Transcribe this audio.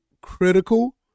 critical